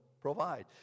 provide